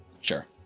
Sure